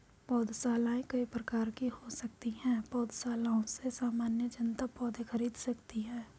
पौधशालाएँ कई प्रकार की हो सकती हैं पौधशालाओं से सामान्य जनता पौधे खरीद सकती है